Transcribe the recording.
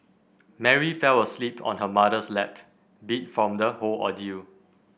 Mary fell asleep on her mother's lap beat from the whole ordeal